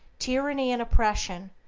tyranny and oppression,